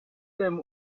them